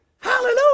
Hallelujah